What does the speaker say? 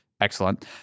excellent